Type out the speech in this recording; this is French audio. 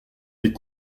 des